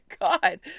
God